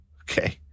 okay